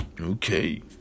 Okay